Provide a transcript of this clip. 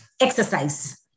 exercise